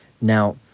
Now